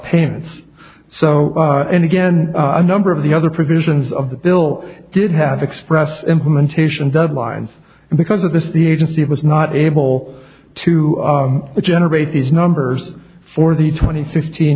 payments so and again a number of the other provisions of the bill did have express implementation double lines and because of this the agency was not able to generate these numbers for the twenty sixteen